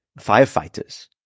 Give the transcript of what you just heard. firefighters